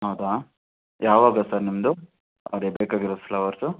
ಹೌದಾ ಯಾವಾಗ ಸರ್ ನಿಮ್ಮದು ಅದೇ ಬೇಕಾಗಿರೋದು ಫ್ಲವರ್ಸು